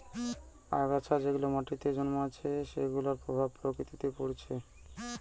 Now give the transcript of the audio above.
আগাছা যেগুলা মাটিতে জন্মাইছে সেগুলার প্রভাব প্রকৃতিতে পরতিছে